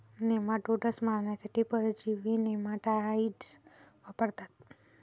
nematodes मारण्यासाठी परजीवी nematicides वापरतात